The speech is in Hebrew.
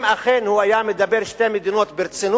אם אכן הוא היה מדבר על שתי מדינות ברצינות,